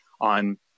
on